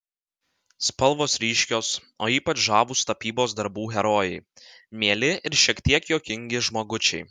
spalvos ryškios o ypač žavūs tapybos darbų herojai mieli ir šiek tiek juokingi žmogučiai